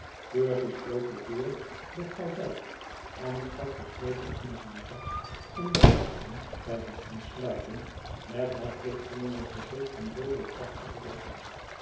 percy sloot de deur der kajuit en stak den sleutel in zijn zak om de gasten bij het ontsluiten met het plotselinge gezicht van zooveel pracht te verrassen